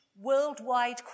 worldwide